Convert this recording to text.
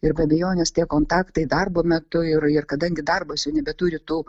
ir be abejonės tie kontaktai darbo metu ir ir kadangi darbas jau nebeturi tų